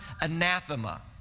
anathema